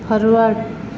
forward